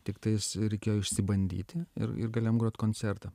tiktais reikėjo išsibandyti ir ir galėjom grot koncertą